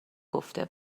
گفته